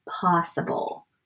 possible